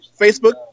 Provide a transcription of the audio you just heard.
Facebook